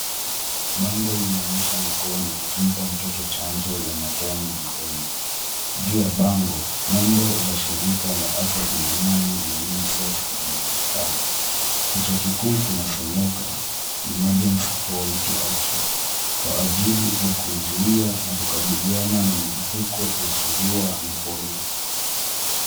Bango linaonyesha mikono ikimpa mtoto chanjo ya matone ya mdomo, juu ya bango nembo za shirika la afya duniani na Unicef zinaonekana, kichwa kikuu kinasomeka [emergency call to action] kwa ajili ya kuzuia na kukabiliana na milipuko ya surua na polio.